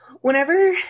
whenever